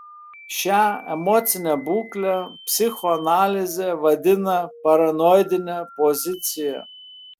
šią emocinę būklę psichoanalizė vadina paranoidine pozicija